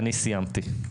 אני סיימתי.